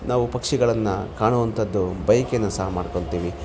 ನಾವು ಪಕ್ಷಿಗಳನ್ನು ಕಾಣುವಂಥದ್ದು ಬಯಕೇನ ಸ ಮಾಡ್ಕೊತಿವಿ